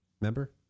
Remember